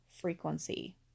frequency